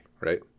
right